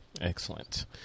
Excellent